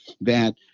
that-